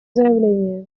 заявление